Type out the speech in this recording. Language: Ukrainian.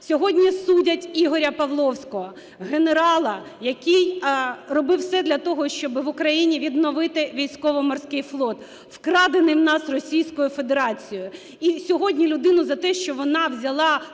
Сьогодні судять Ігоря Павловського, генерала, який робив все для того, щоб в Україні відновити військово-морський флот, вкрадений в нас Російською Федерацією. І сьогодні людину за те, що вона взяла